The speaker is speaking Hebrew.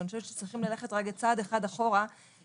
אבל אני חושבת שצריכים ללכת רגע צעד אחד אחורה ולבחון